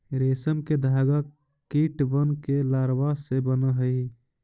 रेशम के धागा कीटबन के लारवा से बन हई